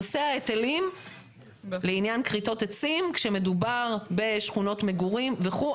נושא ההיטלים לעניין כריתות עצים כשמדובר בשכונות מגורים וכו'.